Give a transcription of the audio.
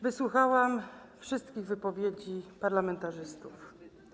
Wysłuchałam wszystkich wypowiedzi parlamentarzystów.